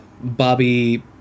Bobby